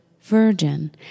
Virgin